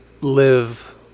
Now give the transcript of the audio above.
live